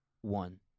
one